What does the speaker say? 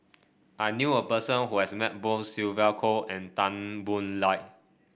I knew a person who has met both Sylvia Kho and Tan Boo Liat